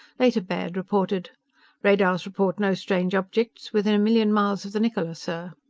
later baird reported radars report no strange objects within a million miles of the niccola, sir.